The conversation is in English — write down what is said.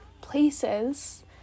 places